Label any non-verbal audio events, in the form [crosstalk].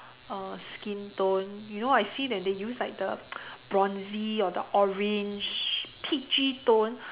uh skin tone you know I see then they use the [noise] bronzy or the orange peachy tone